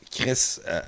Chris